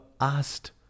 asked